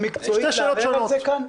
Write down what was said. יש דרך מקצועית לערער על זה כאן?